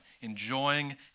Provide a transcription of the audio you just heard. Enjoying